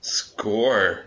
score